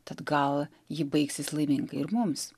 tad gal ji baigsis laimingai ir mums